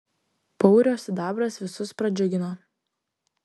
paurio sidabras visus pradžiugino